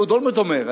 ואהוד אולמרט אומר,